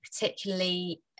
particularly